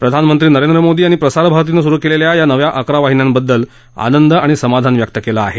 प्रधानमंत्री नरेंद्र मोदी यांनी प्रसारभारतीनं सुरु केलेल्या या नव्या अकरा वाहिन्यांबद्दल आनंद आणि समाधान व्यक्त केलं आहे